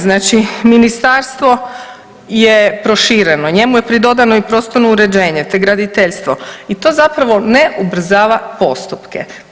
Znači ministarstvo je prošireno, njemu je pridodano i prostorno uređenje te graditeljstvo i to zapravo ne ubrzava postupke.